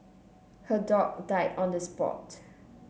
her dog died on the spot